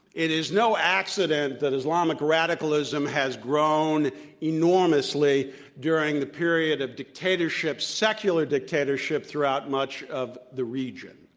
it is no accident that islamic radicalism has grown enormously during the period of dictatorship, secular dictatorship, throughout much of the region.